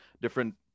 different